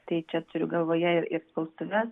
tai čia turiu galvoje ir spaustuves